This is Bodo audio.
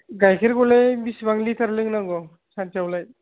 गाइखेरखौलाय बेसेबां लिटार लोंनांगौ सानसेयावलाय